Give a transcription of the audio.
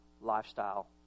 lifestyle